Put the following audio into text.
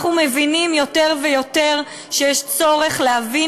אנחנו מבינים יותר ויותר שיש צורך להבין,